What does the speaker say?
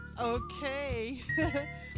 Okay